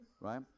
Right